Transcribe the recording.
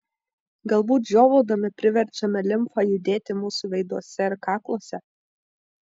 galbūt žiovaudami priverčiame limfą judėti mūsų veiduose ir kakluose